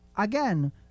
Again